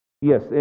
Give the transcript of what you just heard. yes